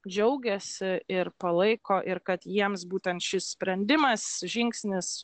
džiaugiasi ir palaiko ir kad jiems būtent šis sprendimas žingsnis